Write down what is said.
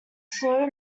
slow